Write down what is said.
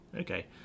Okay